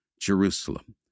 Jerusalem